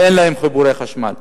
ואין להם חיבורי חשמל.